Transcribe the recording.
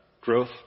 Growth